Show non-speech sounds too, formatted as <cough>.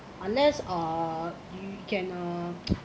unless err you can uh <noise>